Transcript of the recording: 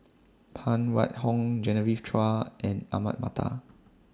Phan Wait Hong Genevieve Chua and Ahmad Mattar